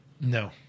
No